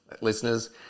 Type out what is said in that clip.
Listeners